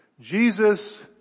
Jesus